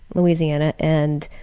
louisiana and